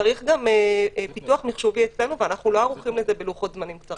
צריך גם פיתוח מחשובי אצלנו ואנחנו לא ערוכים לזה בלוחות זמנים קצרים.